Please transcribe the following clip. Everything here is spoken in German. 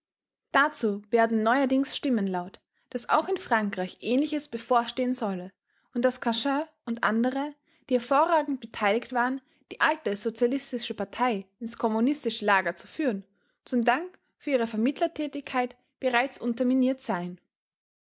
dazu werden neuerdings stimmen laut daß auch in frankreich ähnliches bevorstehen solle und daß cachin und andere die hervorragend beteiligt waren die alte sozialistische partei ins kommunistische lager zu führen zum dank für ihre vermittlertätigkeit bereits unterminiert seien